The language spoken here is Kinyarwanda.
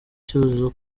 cyuzuzo